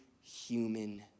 human